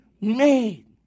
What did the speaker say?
made